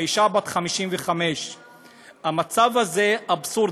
האישה בת 55. המצב הזה אבסורדי,